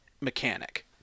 mechanic